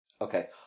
Okay